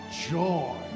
joy